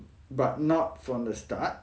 but not from the start